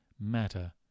matter